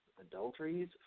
adulteries